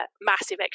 massive